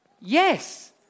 Yes